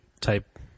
type